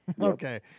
Okay